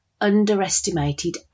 underestimated